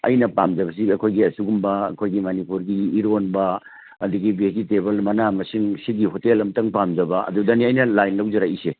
ꯑꯩꯅ ꯄꯥꯝꯖꯕꯁꯤꯡꯁꯤ ꯑꯩꯈꯣꯏꯒꯤ ꯑꯁꯤꯒꯨꯝꯕ ꯑꯩꯈꯣꯏꯒꯤ ꯃꯅꯤꯄꯨꯔꯒꯤ ꯏꯔꯣꯟꯕ ꯑꯗꯨꯗꯒꯤ ꯚꯦꯖꯤꯇꯦꯕꯜ ꯃꯅꯥ ꯃꯁꯤꯡ ꯁꯤꯒꯤ ꯍꯣꯇꯦꯜ ꯑꯃꯇꯪ ꯄꯥꯝꯖꯕ ꯑꯗꯨꯗꯅꯤ ꯑꯩꯅ ꯂꯥꯏꯟ ꯂꯧꯖꯔꯛꯏꯁꯦ